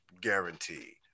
guaranteed